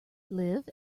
live